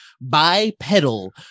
bipedal